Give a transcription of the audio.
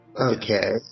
Okay